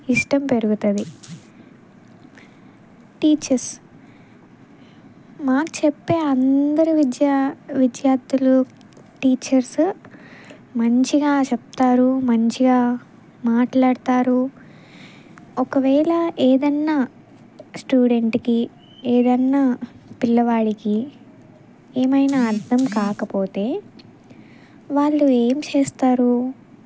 ఇష్టం పెరుగుతుంది టీచర్స్ మాకు చెప్పే అందరి విద్య విద్యార్థులు టీచర్స్ మంచిగా చెప్తారు మంచిగా మాట్లాడుతారు ఒకవేళ ఏదైనా స్టూడెంట్కి ఏదైనా పిల్లవాడికి ఏమైనా అర్థం కాకపోతే వాళ్ళు ఏమి చేస్తారు